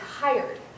tired